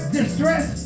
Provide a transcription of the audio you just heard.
distress